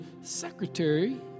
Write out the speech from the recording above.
secretary